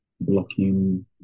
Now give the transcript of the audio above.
blocking